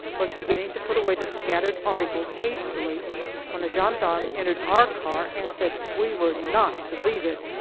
was beginning to put away the scattered articles hastily when a gendarme entered our car and said we were not to leave it.